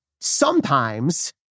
sometimes-